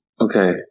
Okay